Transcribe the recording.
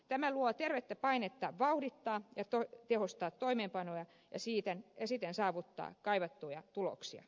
tämä luo tervettä painetta vauhdittaa ja tehostaa toimeenpanoa ja siten saavuttaa kaivattuja tuloksia